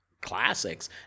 classics